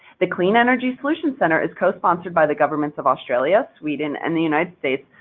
the clean energy solutions center is co-sponsored by the governments of australia, sweden, and the united states,